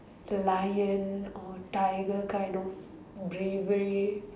lion or tiger kind of bravery